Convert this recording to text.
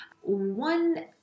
one